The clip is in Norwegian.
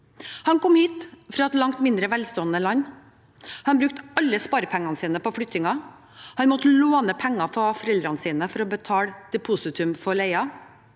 Han kom hit fra et langt mindre velstående land. Han brukte alle sparepengene sine på flyttingen. Han måtte låne penger fra foreldrene sine for å betale depositum for leien.